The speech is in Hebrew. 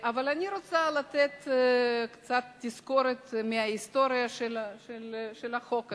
אבל אני רוצה לתת קצת תזכורת מההיסטוריה של החוק הזה.